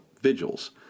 vigils